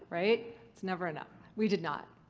right? it's never enough. we did not.